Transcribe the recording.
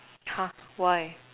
!huh! why